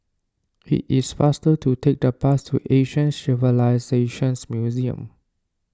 it is faster to take the bus to Asian Civilisations Museum